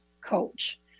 coach